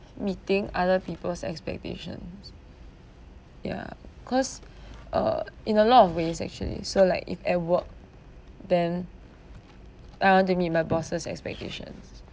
meeting other people's expectations ya cause uh in a lot of ways actually so like if at work then I want to meet my bosses expectations